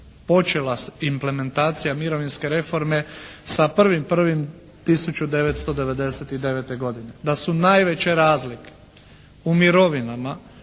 počela implementacija mirovinske reforme sa 1.1.1999. godine. Da su najveće razlike u mirovinama